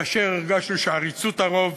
כאשר הרגשנו שעריצות הרוב